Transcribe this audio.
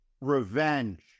revenge